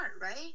right